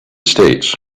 states